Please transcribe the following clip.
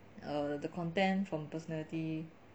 err the content from personality